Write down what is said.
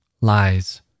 Lies